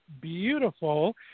Beautiful